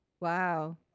Wow